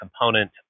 component